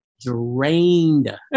drained